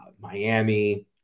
Miami